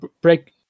break